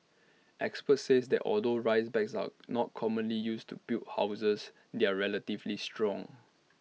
experts says that although rice bags are not commonly used to build houses they are relatively strong